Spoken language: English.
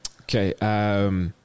Okay